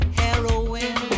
heroin